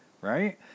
right